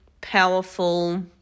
powerful